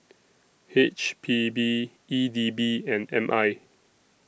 H P B E D B and M I